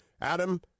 Adam